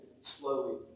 slowly